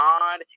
God